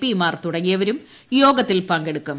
പിമാർ തുടങ്ങിയരും യോഗത്തിൽ പങ്കെടുക്കും